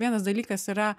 vienas dalykas yra